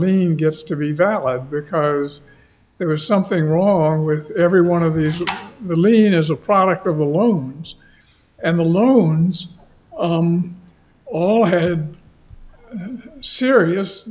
lien gets to be valid because there is something wrong with every one of these the lien is a product of the loans and the loons all had serious